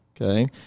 Okay